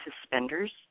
suspenders